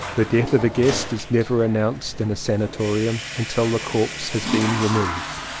the death of a guest is never announced in a sanatorium until the corpse has been removed.